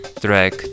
track